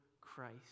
Christ